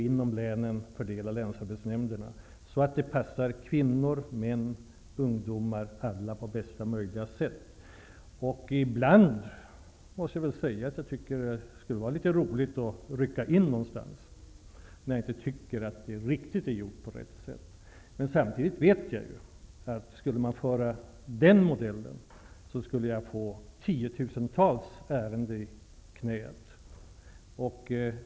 Inom länen fördelar länsarbetsnämnderna resurserna så att de på bästa möjliga sätt skall komma kvinnor, män, ungdomar, ja alla, till godo. Jag måste säga att jag ibland tycker att det skulle vara roligt att rycka in någonstans, där jag finner att man inte har gjort på riktigt rätt sätt. Samtidigt vet jag att om jag skulle göra på det sättet skulle jag få tiotusentals ärenden.